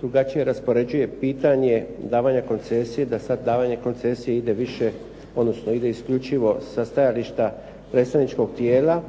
drugačije raspoređuje pitanje davanja koncesije, da sad davanje koncesije ide više, odnosno ide isključivo sa stajališta predstavničkog tijela,